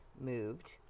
moved